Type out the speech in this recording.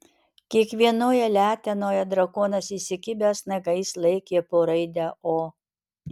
kiekvienoje letenoje drakonas įsikibęs nagais laikė po raidę o